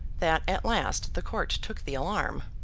that at last the court took the alarm.